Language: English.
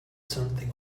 something